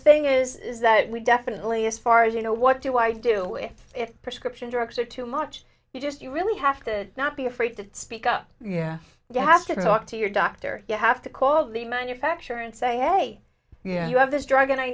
thing is is that we definitely as far as you know what do i do with prescription drugs or too much you just you really have to not be afraid to speak up you have to talk to your doctor you have to call the manufacturer and say yeah you have this drug and i